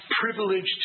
privileged